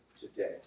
today